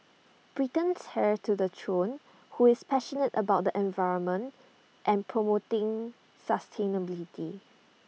Britain's heir to the throne who is passionate about the environment and promoting sustainability